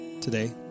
today